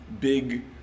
big